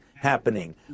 happening